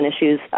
issues